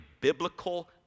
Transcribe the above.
biblical